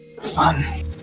Fun